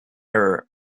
error